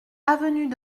avenue